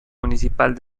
municipal